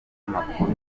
amakuru